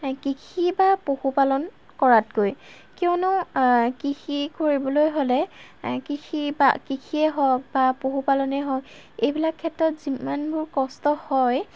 কৃষি বা পশুপালন কৰাতকৈ কিয়নো কৃষি কৰিবলৈ হ'লে কৃষি বা কৃষিয়েই হওক বা পশুপালনে হওক এইবিলাক ক্ষেত্ৰত যিমানবোৰ কষ্ট হয়